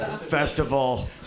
Festival